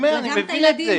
אני אומר שאני מבין את זה,